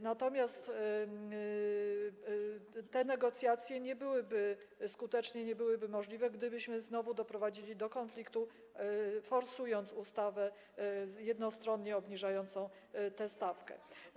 Natomiast te negocjacje nie byłyby skuteczne ani możliwe, gdybyśmy znowu doprowadzili do konfliktu, forsując ustawę jednostronnie obniżającą tę stawkę.